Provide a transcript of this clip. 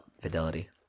Fidelity